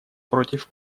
против